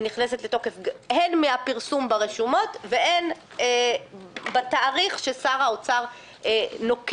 היא נכנסת לתוקף הן ממועד הפרסום ברשומות והן בתאריך ששר האוצר נוקב.